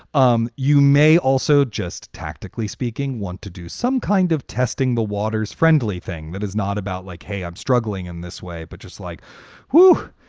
um you may also just tactically speaking, want to do some kind of testing the waters friendly thing that is not about like, hey, i'm struggling in this way, but just like her,